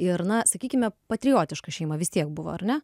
ir na sakykime patriotiška šeima vis tiek buvo ar ne